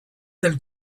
del